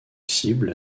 cible